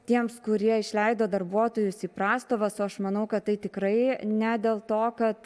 tiems kurie išleido darbuotojus į prastovas aš manau kad tai tikrai ne dėl to kad